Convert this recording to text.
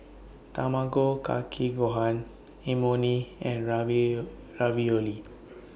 Tamago Kake Gohan Imoni and Ravio Ravioli